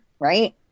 right